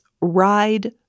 ride